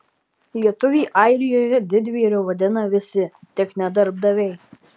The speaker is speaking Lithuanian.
lietuvį airijoje didvyriu vadina visi tik ne darbdaviai